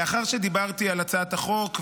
לאחר שדיברתי על הצעת החוק,